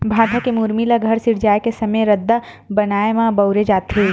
भाठा के मुरमी ल घर सिरजाए के समे रद्दा बनाए म बउरे जाथे